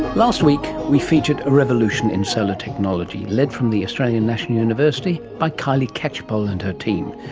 last week we featured a revolution in solar technology, led from the australian national university by kylie catchpole and her team.